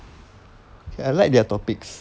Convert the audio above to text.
okay I like their topics